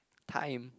time